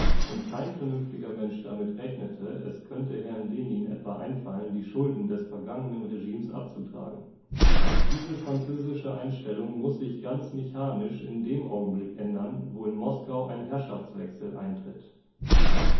und kein vernünftiger mensch damit rechnete es könnte herrn lenin etwa einfallen die schulden des vergangenen regimes abzutragen diese französische einstellung muß sich ganz mechanisch in dem augenblick ändern wo in moskau ein herrschaftswechsel eintritt